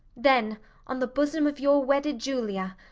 then on the bosom of your wedded julia,